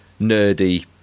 nerdy